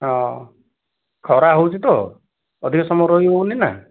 ହଁ ଖରା ହେଉଛି ତ ଅଧିକ ସମୟ ରହି ହେଉନି ନା